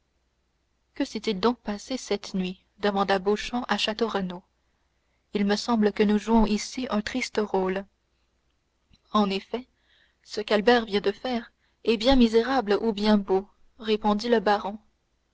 que s'est-il donc passé cette nuit demanda beauchamp à château renaud il me semble que nous jouons ici un triste rôle en effet ce qu'albert vient de faire est bien misérable ou bien beau répondit le baron